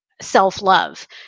self-love